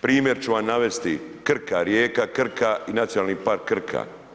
primjer čuvam navesti Krka rijeka i NP Krka.